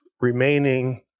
remaining